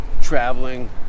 traveling